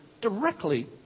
directly